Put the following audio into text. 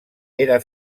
era